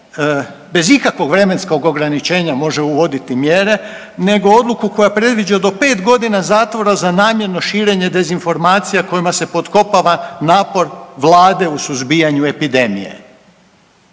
bez ikakvog vremenskog ograničenja može uvoditi mjere, nego odluku koja predviđa do 5 godina zatvora za namjerno širenje dezinformacija kojima se potkopava napor vlade u suzbijanju epidemije.